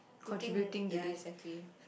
putting ya exactly